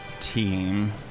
team